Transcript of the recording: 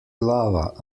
glava